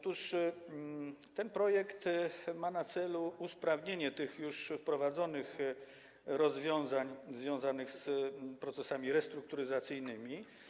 Ten projekt ma na celu usprawnienie już wprowadzonych rozwiązań związanych z procesami restrukturyzacyjnymi.